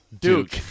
Duke